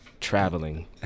traveling